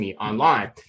online